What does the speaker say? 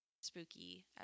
spooky